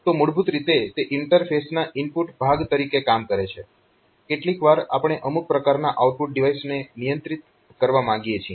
તો મૂળભૂત રીતે તે ઇન્ટરફેસના ઇનપુટ ભાગ તરીકે કામ કરે છે કેટલીકવાર આપણે અમુક પ્રકારના આઉટપુટ ડિવાઇસને નિયંત્રિત કરવા માંગીએ છીએ